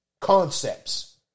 concepts